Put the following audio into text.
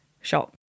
shop